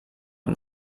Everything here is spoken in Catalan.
amb